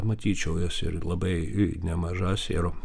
matyčiau jas ir labai nemažas ir